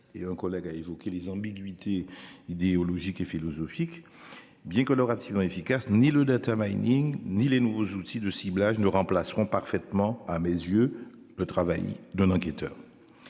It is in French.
et un collègue a évoqué les ambiguïtés idéologiques et philosophiques. Bien que. Efficace ni le Data Mining ni les nouveaux outils de ciblage ne remplaceront parfaitement à mes yeux le travail d'un enquêteur.